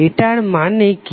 এটার মানে কি